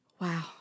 Wow